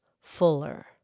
Fuller